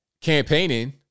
campaigning